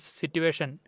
situation